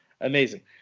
amazing